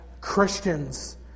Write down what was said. Christians